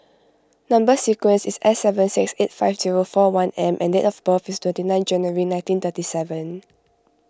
Number Sequence is S seven six eight five zero four one M and date of birth is twenty nine January nineteen thirty seven